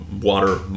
water